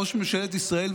ראש ממשלת ישראל,